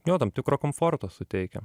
jo tam tikro komforto suteikia